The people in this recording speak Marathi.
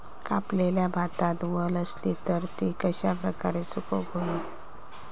कापलेल्या भातात वल आसली तर ती कश्या प्रकारे सुकौक होई?